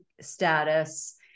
status